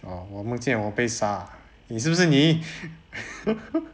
oh 我梦见我被杀你是不是你